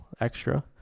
extra